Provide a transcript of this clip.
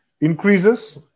increases